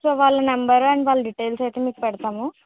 sir వాళ్ళ number and వాళ్ళ details అయితే మీకు పెడతాము